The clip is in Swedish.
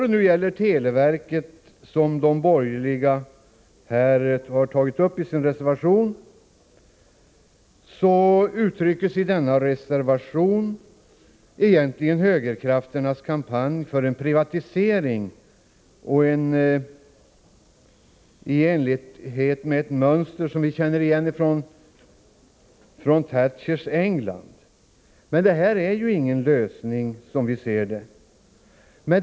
I vad gäller televerket är de borgerligas reservation egentligen ett uttryck för högerkrafternas kampanj för privatisering, i enlighet med det mönster som vi känner igen från Thatchers England. Som vi ser det är detta ingen lösning.